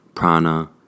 Prana